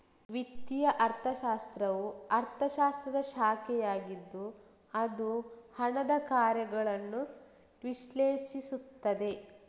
ವಿತ್ತೀಯ ಅರ್ಥಶಾಸ್ತ್ರವು ಅರ್ಥಶಾಸ್ತ್ರದ ಶಾಖೆಯಾಗಿದ್ದು ಅದು ಹಣದ ಕಾರ್ಯಗಳನ್ನು ವಿಶ್ಲೇಷಿಸುತ್ತದೆ